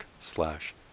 slash